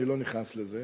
אני לא נכנס לזה,